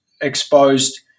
exposed